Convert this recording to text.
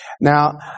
Now